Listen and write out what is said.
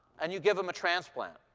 and you give him a transplant.